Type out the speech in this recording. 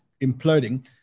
imploding